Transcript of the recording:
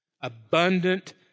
abundant